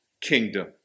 kingdom